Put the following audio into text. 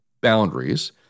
boundaries